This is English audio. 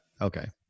okay